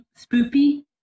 spoopy